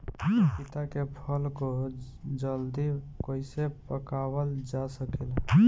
पपिता के फल को जल्दी कइसे पकावल जा सकेला?